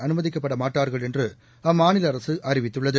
அனுமதிக்கப்படமாட்டார்கள் என்றுஅம்மாநிலஅரசுஅறிவித்துள்ளது